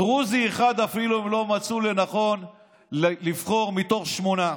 דרוזי אחד אפילו לא מצאו לנכון לבחור, מתוך שמונה.